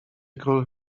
król